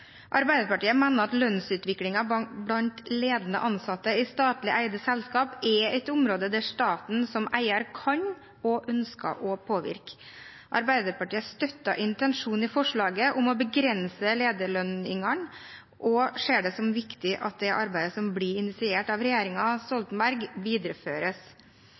Arbeiderpartiet mener at lønnsutviklingen blant ledende ansatte i statlig eide selskaper er et område der staten som eier kan, og ønsker, å påvirke. Arbeiderpartiet støtter intensjonen i forslaget om å begrense lederlønningene og ser det som viktig at det arbeidet som ble initiert av regjeringen Stoltenberg, videreføres.